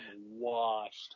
washed